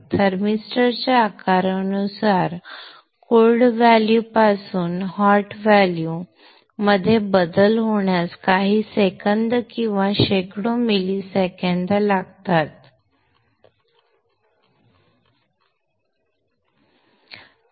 थर्मिस्टरच्या आकारानुसार cold value पासून hot value मध्ये बदल होण्यास काही सेकंद किंवा शेकडो मिली सेकंद लागू शकतात